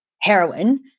heroin